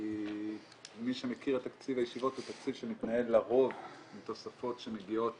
כי מי שמכיר את תקציב הישיבות הוא תקציב שמתנהל לרוב עם תוספות שמגיעות